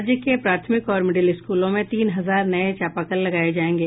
राज्य के प्राथमिक और मीडिल स्कूलों में तीन हजार नये चापाकल लगाये जायेंगे